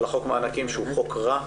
על חוק המענקים, שהוא חוק רע,